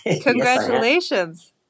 Congratulations